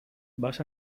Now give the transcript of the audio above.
vas